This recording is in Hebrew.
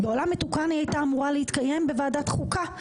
בעולם מתוקן היא הייתה אמורה להתקיים בוועדת חוקה,